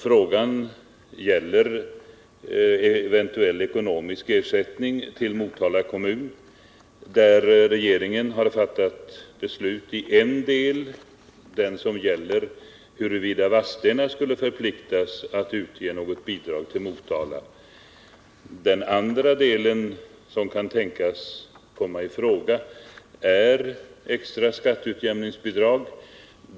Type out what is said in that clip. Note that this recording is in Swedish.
Frågan gäller eventuell ekonomisk ersättning till Motala kommun, där regeringen har fattat beslut i en del — den som gäller huruvida Vadstena skulle förpliktas att utge något bidrag till Motala. Den andra del som kan tänkas komma i fråga är extra skatteutjämningsbidrag.